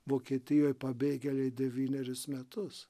vokietijoj pabėgėliai devynerius metus